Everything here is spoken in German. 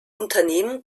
unternehmen